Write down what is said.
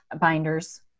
binders